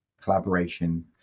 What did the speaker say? collaboration